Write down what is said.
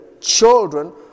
children